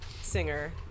singer